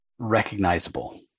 recognizable